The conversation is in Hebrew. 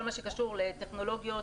כל מה שקשור לטכנולוגיות,